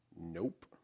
Nope